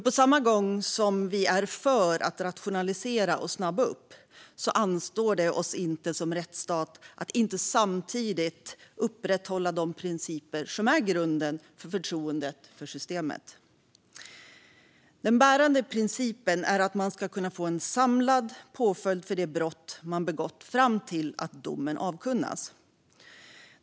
På samma gång som vi är för att rationalisera och snabba upp anstår det oss inte som rättsstat att inte samtidigt upprätthålla de principer som är grunden för förtroendet för systemet. Den bärande principen är att man ska få en samlad påföljd för de brott man begått fram till att domen avkunnas.